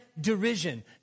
derision